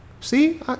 See